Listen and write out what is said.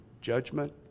judgment